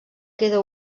queda